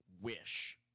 wish